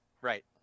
Right